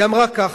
היא אמרה כך: